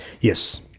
Yes